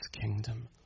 kingdom